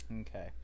Okay